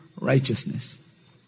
righteousness